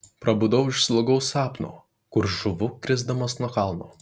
prabudau iš slogaus sapno kur žūvu krisdamas nuo kalno